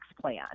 plan